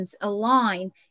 align